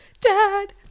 dad